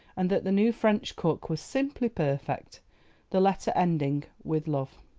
and that the new french cook was simply perfect the letter ending with love.